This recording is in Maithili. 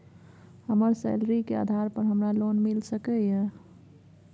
हमर सैलरी के आधार पर हमरा लोन मिल सके ये?